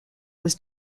was